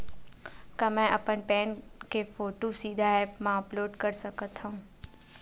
का मैं अपन पैन के फोटू सीधा ऐप मा अपलोड कर सकथव?